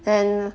then